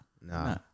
Nah